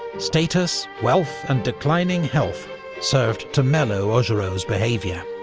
status, wealth and declining health served to mellow augereau's behaviour.